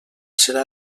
serà